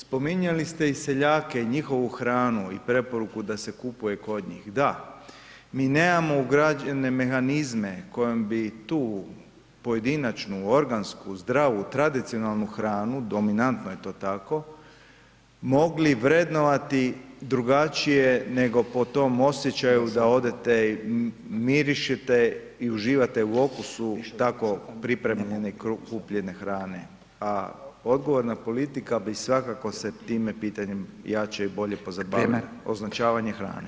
Spominjali ste i seljake i njihovu hranu i preporuku da se kupuje kod njih, da, mi nemamo ugrađene mehanizme kojom bi tu pojedinačnu, organsku, zdravu, tradicionalnu hranu, dominantno je to tako, mogli vrednovati drugačije nego po tom osjećaju da odete, mirišete i uživate u okusu tako pripremljene i kupljene hrane, a odgovorna politika bi svakako se time pitanjem jače i bolje pozabavila [[Upadica Radin: Vrijeme.]] označavanje hrane.